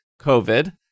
COVID